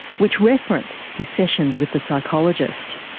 which referenced his sessions with the psychologist.